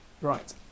right